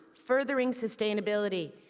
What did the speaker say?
furthering sustainability.